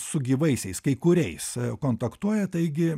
su gyvaisiais kai kuriais kontaktuoja taigi